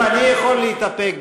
אם אני יכול להתאפק,